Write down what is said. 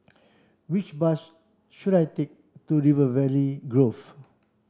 which bus should I take to River Valley Grove